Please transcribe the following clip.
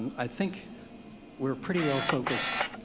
i think we're pretty well focused.